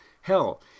hell